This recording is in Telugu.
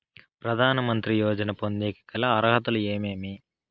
ప్రధాన మంత్రి యోజన పొందేకి గల అర్హతలు ఏమేమి?